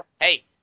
Hey